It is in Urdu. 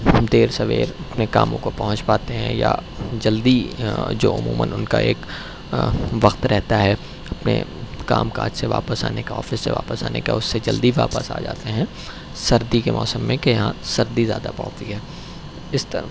دیر سویر اپنے کاموں کو پہنچ پاتے ہیں یا جلدی جو عموماََ ان کا ایک وقت رہتا ہے اپنے کام کاج سے واپس آنے کا آفس سے واپس آنے کا اس سے جلدی واپس آ جاتے ہیں سردی کے موسم میں کہ یہاں سردی زیادہ پڑتی ہے اس طرح